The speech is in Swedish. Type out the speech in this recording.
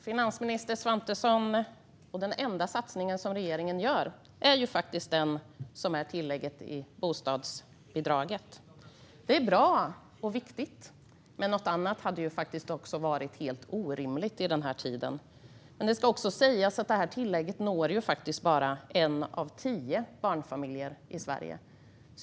Fru talman! Den enda satsningen som regeringen gör, finansminister Svantesson, är tillägget i bostadsbidraget. Det är bra och viktigt. Men något annat hade varit helt orimligt i den här tiden. Det ska också sägas att tillägget bara når en av tio barnfamiljer i Sverige.